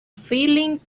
feeling